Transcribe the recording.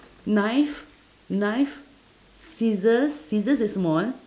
knife knife scissors scissors is small